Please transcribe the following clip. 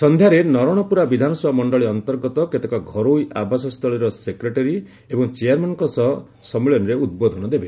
ସନ୍ଧ୍ୟାରେ ନରଣପୁରା ବିଧାନସଭା ମଣ୍ଡଳୀ ଅନ୍ତର୍ଗତ କେତେକ ଘରୋଇ ଆବାସ ସ୍ଥଳୀର ସେକ୍ରେଟାରୀ ଏବଂ ଚେୟାରମ୍ୟାନ୍ଙ୍କ ସମ୍ମିଳନୀରେ ଉଦ୍ବୋଧନ ଦେବେ